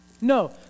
No